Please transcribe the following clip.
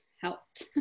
helped